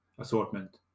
assortment